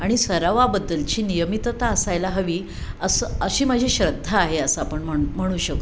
आणि सरावाबद्दलची नियमितता असायला हवी असं अशी माझी श्रद्धा आहे असं आपण म्हण म्हणू शकतो